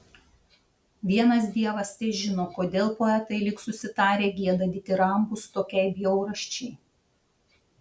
vienas dievas težino kodėl poetai lyg susitarę gieda ditirambus tokiai bjaurasčiai